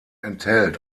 enthält